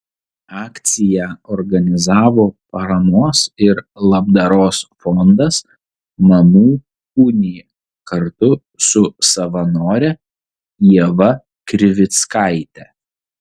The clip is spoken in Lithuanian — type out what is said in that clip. akciją organizavo paramos ir labdaros fondas mamų unija kartu su savanore ieva krivickaite